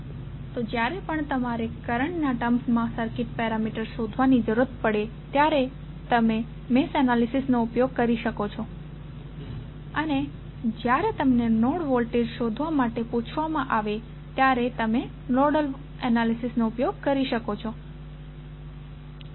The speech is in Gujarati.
તો જ્યારે પણ તમારે કરંટ ના ટર્મ્સ માં સર્કિટ પેરામીટર શોધવાની જરૂર પડે ત્યારે તમે મેશ એનાલિસિસનો ઉપયોગ કરી શકો છો અને જ્યારે તમને નોડ વોલ્ટેજ શોધવા માટે પૂછવામાં આવશે ત્યારે તમે નોડલ એનાલિસિસનો ઉપયોગ કરી શકો છો